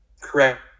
correct